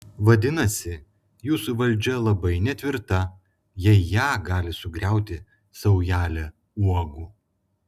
vadinasi jūsų valdžia labai netvirta jei ją gali sugriauti saujelė uogų